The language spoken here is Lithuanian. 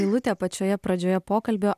eilutę pačioje pradžioje pokalbio